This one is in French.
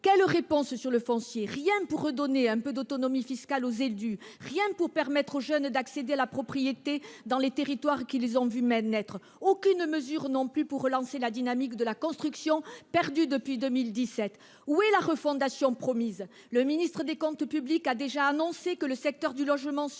en matière de foncier ? Rien n'a été fait pour rendre un peu d'autonomie fiscale aux élus ni pour permettre aux jeunes d'accéder à la propriété dans les territoires qui les ont vus naître. Aucune mesure n'a été prise non plus pour relancer la dynamique de la construction, perdue depuis 2017. Où est la refondation promise ? Le ministre délégué chargé des comptes publics a déjà annoncé que le secteur du logement subirait